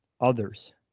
others